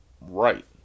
right